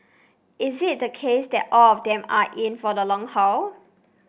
is it the case that all of them are in for the long haul